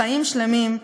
חיים שלמים,